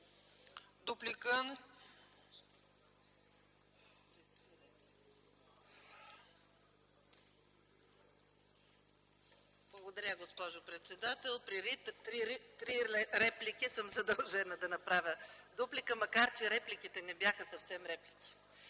(СК): Благодаря, госпожо председател. При три реплики съм задължена да направя дуплика, макар че не бяха съвсем реплики.